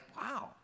wow